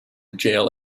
jail